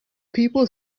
people